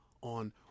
on